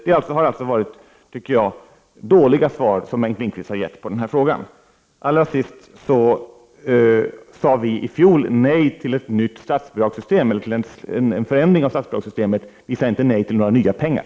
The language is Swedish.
De svar som Bengt Lindqvist har lämnat på min fråga är alltså dåliga. Allra sist: Vi sade i fjol nej till en förändring av statsbidragssystemet, inte till nya pengar.